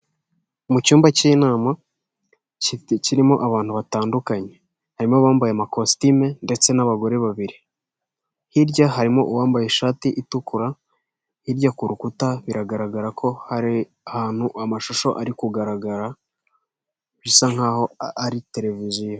Mu cyumba cy'inama kirimo abantu batandukanye harimo abambaye amakositime ndetse n'abagore babiri hirya harimo uwambaye ishati itukura hirya ku rukuta biragaragara ko hari ahantu amashusho ari kugaragara bisa nk'aho ari televiziyo.